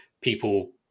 people